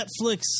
Netflix